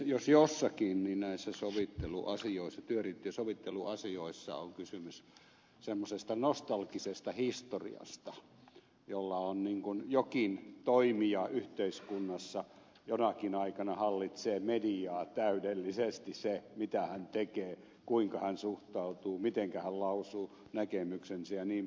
jos jossakin niin näissä työriitojen sovitteluasioissa on kysymys semmoisesta nostalgisesta historiasta että jokin toimija yhteiskunnassa jonakin aikana hallitsee mediaa täydellisesti se mitä hän tekee kuinka hän suhtautuu mitenkä hän lausuu näkemyksensä jnp